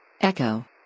Echo